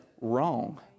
wrong